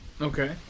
Okay